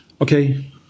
okay